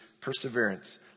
perseverance